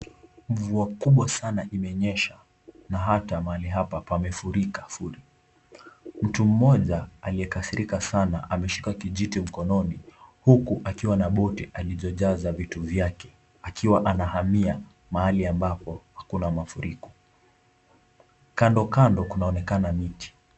Mvua kubwa sana imenyesha na hata mahali hapa pamefurika furi. Mtu mmoja aliyekasirika sana ameshika kijiti mkononi, huku akiwa na boti alizojaza vitu vyake akiwa anahamia mahali ambapo hakuna mafuriko. Kando kando kunaonekana miti.